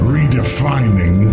Redefining